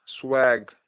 swag